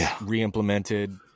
re-implemented